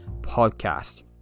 podcast